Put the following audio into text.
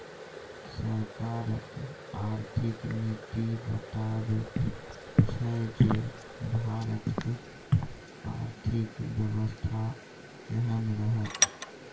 सरकारक आर्थिक नीति बताबैत छै जे भारतक आर्थिक बेबस्था केहन रहत